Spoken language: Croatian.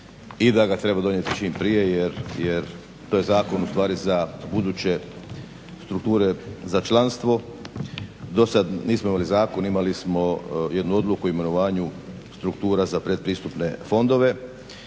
i da ga treba donijeti čim prije jer to je zakon u stari za buduće strukture, za članstvo. Do sad nismo imali zakon, imali smo jednu odluku o imenovanju struktura za pretpristupne fondove